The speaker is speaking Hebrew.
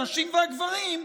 הנשים והגברים,